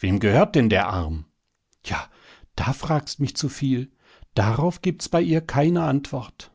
wem gehört denn der arm ja da fragst mich zu viel darauf gibt's bei ihr keine antwort